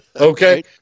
Okay